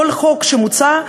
כל חוק שמוצע,